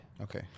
Okay